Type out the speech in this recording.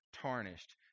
tarnished